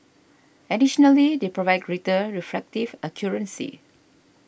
additionally they provide greater refractive accuracy